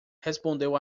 respondeu